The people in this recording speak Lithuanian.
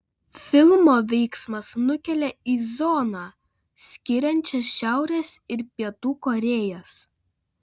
filmo veiksmas nukelia į zoną skiriančią šiaurės ir pietų korėjas